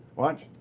watch.